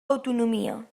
autonomia